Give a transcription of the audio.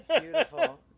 beautiful